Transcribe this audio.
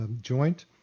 joint